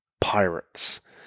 pirates